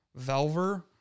Velver